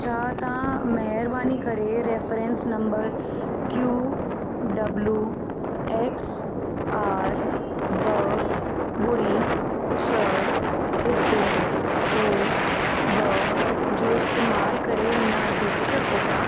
छा तव्हां महिरबानी करे reference number Q W X R ॿ ॿुड़ी छ हिकु टे ॿ जो इस्तेमाल करे हिन ॾिसी सघो था